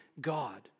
God